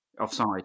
offside